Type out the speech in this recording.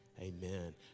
Amen